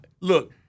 look